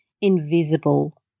invisible